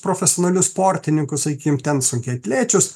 profesionalius sportininkus sakykim ten sunkiaatlečius